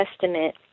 Testament